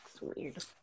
Weird